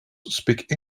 speak